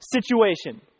situation